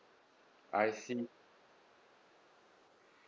I see